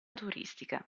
turistica